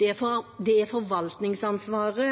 Det er forvaltningsansvaret,